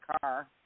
car